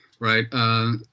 right